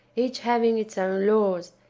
each having its own laws,